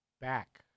back